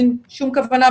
אין שום כוונה,